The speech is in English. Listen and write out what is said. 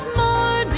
more